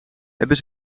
hebben